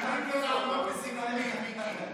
אני כבר לא רוצה לדבר עוד פעם על ההסכם הקואליציוני הנורא הזה.